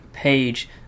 Page